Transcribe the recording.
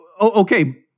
Okay